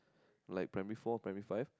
like primary four primary five